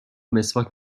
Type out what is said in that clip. مسواک